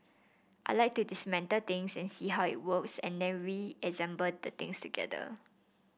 I like to dismantle things and see how it works and then reassemble the things together